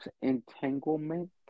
entanglement